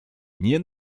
nie